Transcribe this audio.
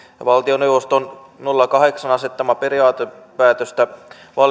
valtioneuvoston nolla kahdeksan asettamaa periaatepäätöstä